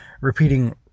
repeating